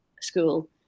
school